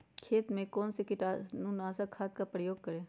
खेत में कौन से कीटाणु नाशक खाद का प्रयोग करें?